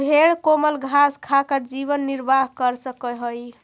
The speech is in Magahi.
भेंड कोमल घास खाकर जीवन निर्वाह कर सकअ हई